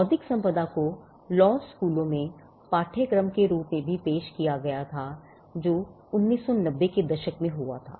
बौद्धिक संपदा को लॉ स्कूलों में पाठ्यक्रम के रूप में भी पेश किया गया था जो 1990 के दशक में हुआ था